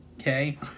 Okay